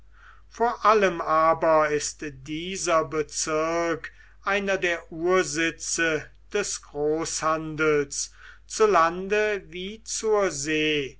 vor allem aber ist dieser bezirk einer der ursitze des großhandels zu lande wie zur see